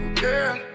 girl